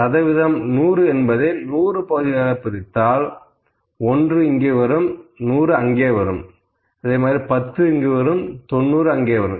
சதவீதம் 100 என்பதை 100 பகுதிகளாகப் பிரித்தால் 1 இங்கே வரும் 100 அங்கே வரும் 10 இங்கு வரும் 90 இங்கு வரும்